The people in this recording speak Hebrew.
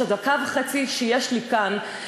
את הדקה וחצי שיש לי כאן,